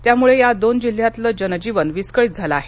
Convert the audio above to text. त्यामुळे या दोन जिल्ह्यांतलं जनजीवन विस्कळित झालं आहे